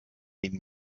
ihn